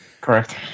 correct